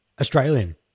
Australian